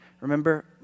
remember